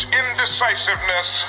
indecisiveness